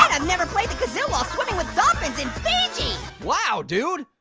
ah i've never played the kazoo while swimming with dolphins in fiji. wow dude,